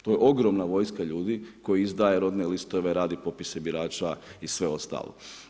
To je ogroman vojska ljudi koji izdaje rodne listove, radi popise birača i sve ostalo.